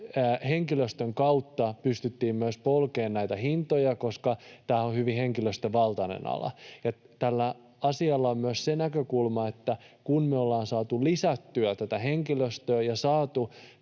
henkilöstön kautta pystyttiin polkemaan näitä hintoja, koska tämähän on hyvin henkilöstövaltainen ala. Tällä asialla on myös se näkökulma, että kun me ollaan saatu lisättyä tätä henkilöstöä ja saatu